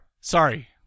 sorry